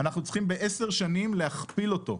אנחנו צריכים בעשר שנים להכפיל אותו.